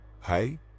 Hey